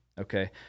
okay